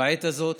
בעת הזאת.